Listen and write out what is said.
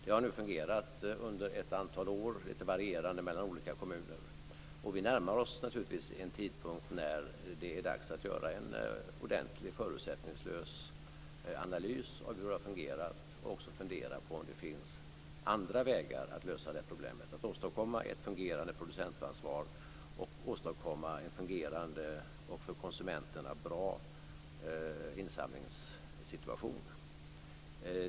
Det har nu fungerat under ett antal år - lite varierande i olika kommuner - och vi närmar oss naturligtvis en tidpunkt när det är dags att göra en ordentlig förutsättningslös analys av hur det har fungerat och också fundera över om det finns andra vägar att lösa det här problemet. Det handlar om att åstadkomma ett fungerande producentansvar och en fungerande och bra insamlingssituation för konsumenterna.